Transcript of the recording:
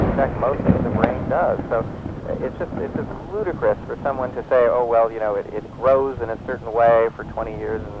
in fact most of the brain does, so ah it's ah just ludicrous for someone to say, oh well, you know it it grows in a certain way for twenty years,